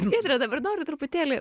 giedre dabar noriu truputėlį